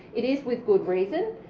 it is with good reason.